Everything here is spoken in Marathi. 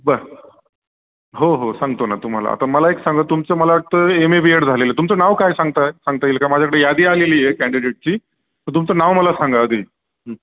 बरं हो हो सांगतो ना तुम्हाला आता मला एक सांगा तुमचं मला वाटतं एम ए बीएड झालेलं तुमचं नाव काय सांगता सांगता येईल का माझ्याकडे यादी आलेली आहे कँडिडेटची तं तुमचं नाव मला सांगा आधी